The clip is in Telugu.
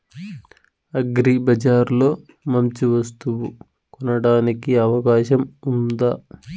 అగ్రిబజార్ లో మంచి వస్తువు కొనడానికి అవకాశం వుందా?